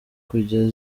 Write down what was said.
kujya